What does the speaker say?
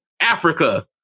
Africa